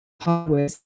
hardware